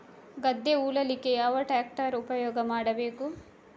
ಗದ್ದೆ ಉಳಲಿಕ್ಕೆ ಯಾವ ಟ್ರ್ಯಾಕ್ಟರ್ ಉಪಯೋಗ ಮಾಡಬೇಕು?